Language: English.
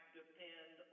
depend